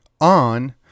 on